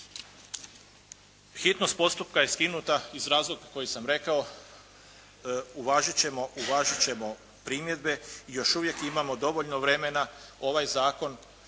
Hitnost postupka je skinuta iz razloga koji sam rekao. Uvažit ćemo primjedbe i još uvijek imamo dovoljno vremena ovaj zakon